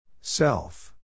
Self